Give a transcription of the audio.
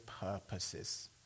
purposes